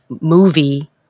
movie